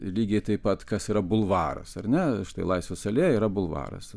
lygiai taip pat kas yra bulvaras ar ne štai laisvės alėja yra bulvaras